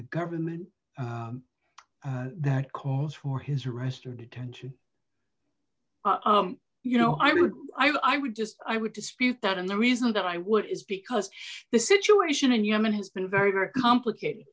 the government that calls for his arrest or detention you know i would i would just i would dispute that and the reason that i would is because the situation in yemen has been very very complicated